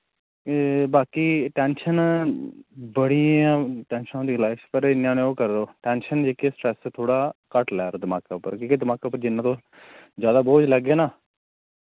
ए बाकि टैंशन बड़ी इ'य्यां टैंशन होंदी लाइफ च पर इ'य्यां नी ओह् करो टैंशन जेह्की स्ट्रैस थोह्ड़ा घट लै रो दमाके उप्पर की कि दमाके उप्पर जिन्ना तुस ज्यादा बोझ लैगे ना